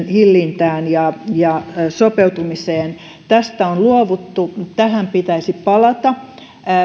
hillintään ja ja siihen sopeutumiseen tästä on luovuttu mutta tähän pitäisi palata